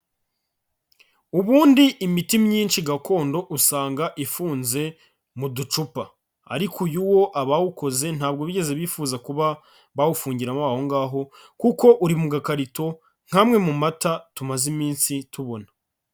Ubundi imiti myinshi gakondo usanga ifunze mu ducupa, ariko uyu wo abawukoze ntabwo bigeze bifuza kuba bawufungiramo aho ngaho kuko uri mu gakarito nk'amwe mu mata tumaze iminsi tubona.